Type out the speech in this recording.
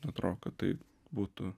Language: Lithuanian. atrodo kad tai būtų